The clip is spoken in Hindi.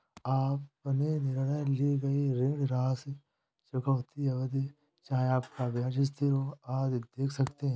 अपने द्वारा ली गई ऋण राशि, चुकौती अवधि, चाहे आपका ब्याज स्थिर हो, आदि देख सकते हैं